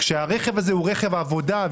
כשהרכב הוא רכב עבודה,